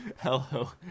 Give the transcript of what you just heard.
Hello